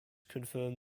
confirm